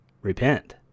repent